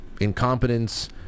incompetence